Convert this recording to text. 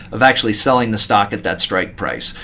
of actually selling the stock at that strike price.